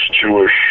Jewish